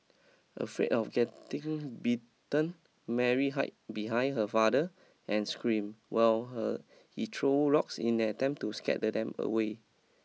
afraid of getting bitten Mary hide behind her father and screamed while her he threw rocks in attempt to scared them away